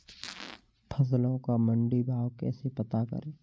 फसलों का मंडी भाव कैसे पता करें?